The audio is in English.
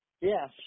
Yes